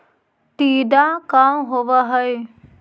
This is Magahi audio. टीडा का होव हैं?